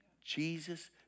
Jesus